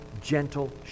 gentle